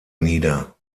nieder